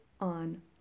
on